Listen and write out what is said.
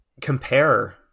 compare